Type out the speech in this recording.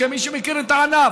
כמי שמכיר את הענף,